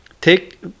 Take